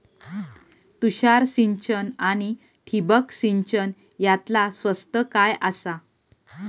तुषार सिंचन आनी ठिबक सिंचन यातला स्वस्त काय आसा?